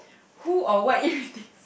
who or what you irritates